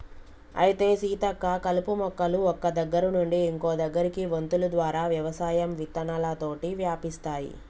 అయితే సీతక్క కలుపు మొక్కలు ఒక్క దగ్గర నుండి ఇంకో దగ్గరకి వొంతులు ద్వారా వ్యవసాయం విత్తనాలతోటి వ్యాపిస్తాయి